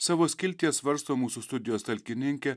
savo skiltyje svarsto mūsų studijos talkininkė